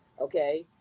okay